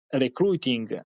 recruiting